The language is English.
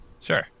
Sure